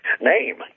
name